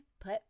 put